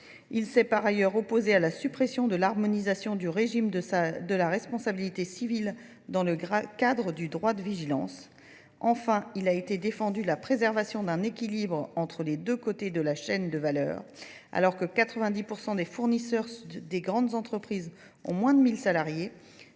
Il s'est par ailleurs opposé à la suppression de l'harmonisation du régime de la responsabilité civile dans le cadre du droit de vigilance. Enfin, il a été défendu la préservation d'un équilibre entre les deux côtés de la chaîne de valeur. Alors que 90% des fournisseurs des grandes entreprises ont moins de 1000 salariés,